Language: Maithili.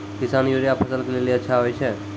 किसान यूरिया फसल के लेली अच्छा होय छै?